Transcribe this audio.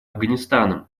афганистаном